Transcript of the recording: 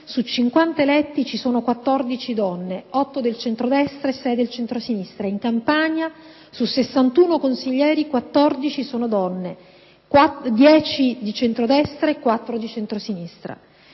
su 50 eletti, ci sono 14 donne: 8 del centrodestra e sei del centrosinistra; in Campania, su 61 consiglieri, 14 sono donne: 10 del centrodestra e 4 del centrosinistra.